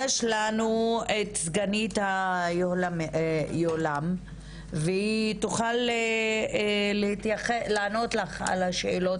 יש איתנו כאן את סגנית היוהל"מ והיא תוכל להתייחס ולענות לך על השאלות,